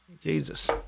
Jesus